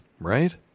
right